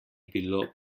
bilo